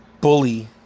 bully